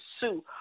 sue